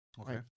Okay